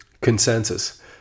Consensus